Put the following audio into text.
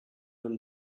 down